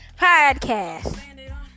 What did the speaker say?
podcast